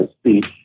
speech